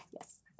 Yes